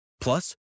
Plus